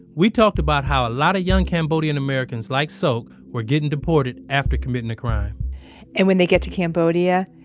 we talked about how a lot of young cambodian americans like sok so were getting deported after committing a crime and when they get to cambodia,